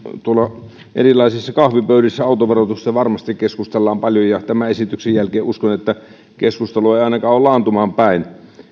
tuolla erilaisissa kahvipöydissä autoverotuksesta varmasti keskustellaan paljon ja tämän esityksen jälkeen uskon että keskustelu ei ainakaan ole laantumaan päin